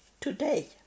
today